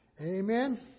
Amen